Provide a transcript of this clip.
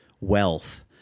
wealth